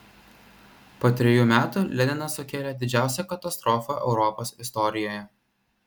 po trejų metų leninas sukėlė didžiausią katastrofą europos istorijoje